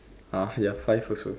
uh ya five also